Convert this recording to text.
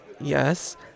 Yes